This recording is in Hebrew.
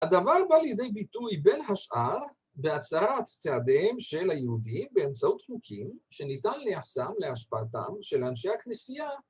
‫הדבר בא לידי ביטוי בין השאר ‫בהצרת צעדיהם של היהודים ‫באמצעות חוקים שניתן לייחסם ‫להשפעתם של אנשי הכנסייה..